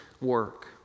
work